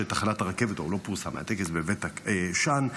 היה טקס בבית שאן,